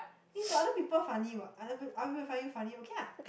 is the other people funny what other people other people find you funny okay ah